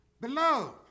Beloved